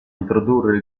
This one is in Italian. introdurre